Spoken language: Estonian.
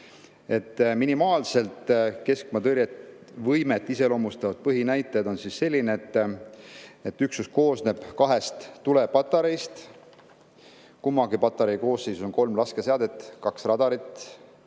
Minimaalselt keskmaa õhutõrje võimet iseloomustavad põhinäitajad on sellised, et üksus koosneb kahest tulepatareist ning kummagi patarei koosseisus on kolm laskeseadet, kaks radarit